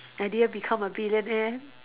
I didn't become a billionaire